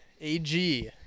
AG